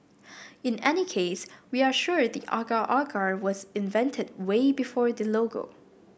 in any case we are sure the agar agar was invented way before the logo